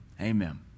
Amen